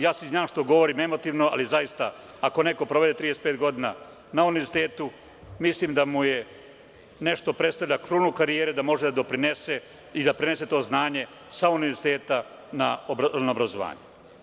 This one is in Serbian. Ja se izvinjavam što govorim emotivno, ali zaista, ako neko provede 35 godina na univerzitetu, mislim da je to nešto što predstavlja krunu karijere, može da doprinese i da prenese to znanje sa univerziteta na obrazovanje.